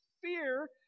fear